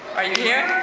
are you here?